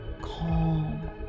calm